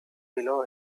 below